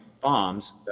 bombs